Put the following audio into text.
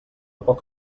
poc